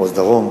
מחוז דרום,